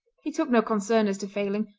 he took no concern as to falling,